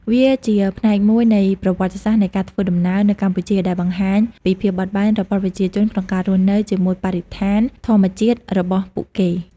វាជាផ្នែកមួយនៃប្រវត្តិសាស្ត្រនៃការធ្វើដំណើរនៅកម្ពុជាដែលបង្ហាញពីភាពបត់បែនរបស់ប្រជាជនក្នុងការរស់នៅជាមួយបរិស្ថានធម្មជាតិរបស់ពួកគេ។